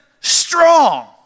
strong